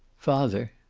father.